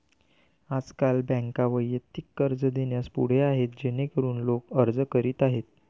आजकाल बँका वैयक्तिक कर्ज देण्यास पुढे आहेत जेणेकरून लोक अर्ज करीत आहेत